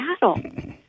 battle